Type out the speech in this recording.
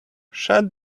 shut